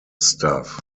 staff